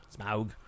Smaug